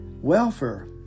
welfare